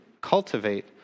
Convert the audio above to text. cultivate